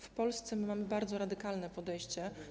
W Polsce mamy bardzo radykalne podejście.